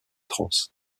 trans